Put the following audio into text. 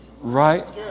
Right